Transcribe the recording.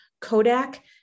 Kodak